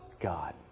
God